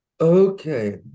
okay